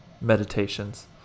meditations